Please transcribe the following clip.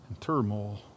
turmoil